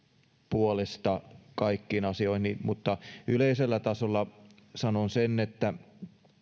puolesta kaikkiin asioihin mutta yleisellä tasolla sanon sen että